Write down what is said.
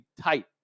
tight